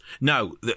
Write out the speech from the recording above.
No